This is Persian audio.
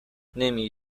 نمی